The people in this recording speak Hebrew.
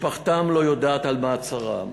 ומשפחתם לא יודעת על מעצרם.